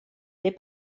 les